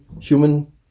human